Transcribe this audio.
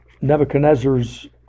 Nebuchadnezzar's